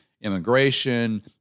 immigration